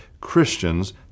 Christians